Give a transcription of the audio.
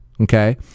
okay